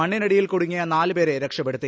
മണ്ണിനടിയിൽ കുടുങ്ങിയ നാല് പേരെ രക്ഷപ്പെടുത്തി